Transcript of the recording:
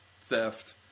theft